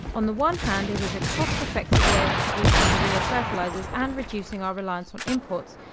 on the one hand it is a cost effective way of producing urea fertilisers and reducing our reliance on imports,